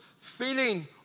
feeling